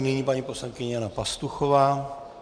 Nyní paní poslankyně Jana Pastuchová.